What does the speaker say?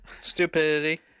Stupidity